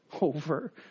Over